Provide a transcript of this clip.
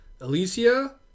Alicia